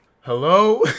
Hello